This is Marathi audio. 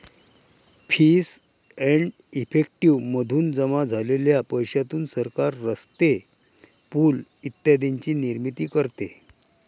फीस एंड इफेक्टिव मधून जमा झालेल्या पैशातून सरकार रस्ते, पूल इत्यादींची निर्मिती करते